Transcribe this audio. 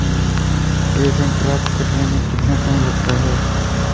प्रेषण प्राप्त करने में कितना समय लगता है?